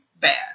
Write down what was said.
bad